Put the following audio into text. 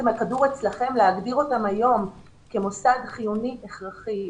הכדור אצלכם - להגדיר אותם היום מוסד חיוני הכרחי.